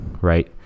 right